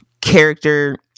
character